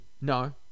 No